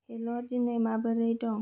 हेल' दिनै माबोरै दं